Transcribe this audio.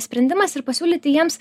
sprendimas ir pasiūlyti jiems